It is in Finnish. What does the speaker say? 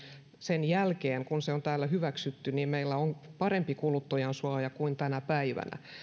sen jälkeen kun se on täällä hyväksytty meillä on parempi kuluttajansuoja kuin tänä päivänä